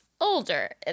older